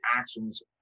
actions